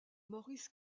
maurice